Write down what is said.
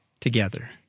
together